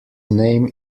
name